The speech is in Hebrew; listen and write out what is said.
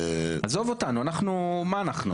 עזוב אותנו, אנחנו, מה אנחנו?